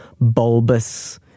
bulbous